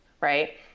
right